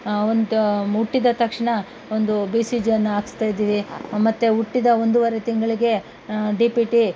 ಒಂತು ಹುಟ್ಟಿದ ತಕ್ಷಣ ಒಂದು ಬಿ ಸಿ ಜಿಯನ್ನು ಹಾಕಿಸ್ತಾಯಿದ್ದೀವಿ ಮತ್ತು ಹುಟ್ಟಿದ ಒಂದೂವರೆ ತಿಂಗಳಿಗೆ ಡಿ ಪಿ ಟಿ